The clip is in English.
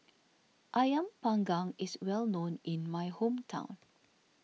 Ayam Panggang is well known in my hometown